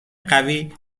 قوی